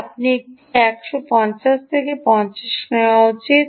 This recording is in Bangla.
আপনি একটি 1 50 থেকে 50 করা উচিত